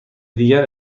دیگر